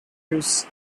leaves